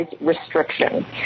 restriction